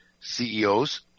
CEOs